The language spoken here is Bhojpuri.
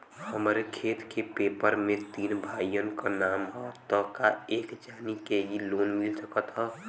हमरे खेत के पेपर मे तीन भाइयन क नाम ह त का एक जानी के ही लोन मिल सकत ह?